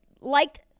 liked